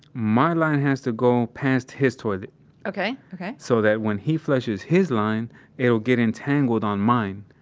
my line has to go past his toilet ok. ok so that when he flushes his line it will get entangled on mine